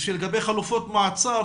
שלגבי חלופות מעצר,